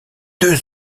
deux